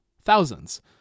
thousands